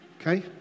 Okay